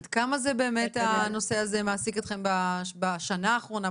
כמה זה באמת הנושא הזה מעסיק אתכם בשנה האחרונה,